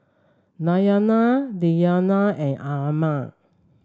Diyana Diyana and Ammir